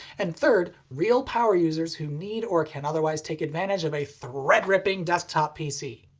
and third real power-users who need or can otherwise take advantage of a threadripping desktop pc.